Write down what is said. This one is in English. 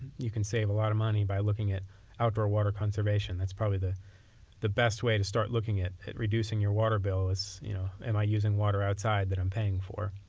you can save a lot of money by looking at outdoor water conservation. that's probably the the best way to start looking at at reducing your water bills. you know am i using water outside that i'm paying for?